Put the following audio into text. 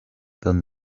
than